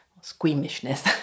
squeamishness